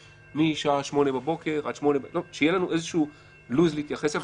משעה 8:00 בבוקר עד 20:00 - שיהיה לנו איזשהו לו"ז להתייחס אליו.